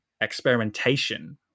experimentation